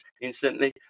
instantly